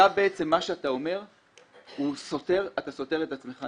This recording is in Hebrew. מה שאתה אומר אתה סותר את עצמך.